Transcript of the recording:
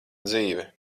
dzīve